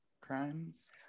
crimes